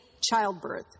childbirth